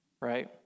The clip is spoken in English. right